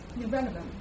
irrelevant